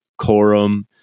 Corum